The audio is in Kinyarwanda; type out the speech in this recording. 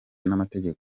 n’amategeko